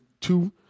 two